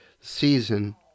season